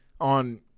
on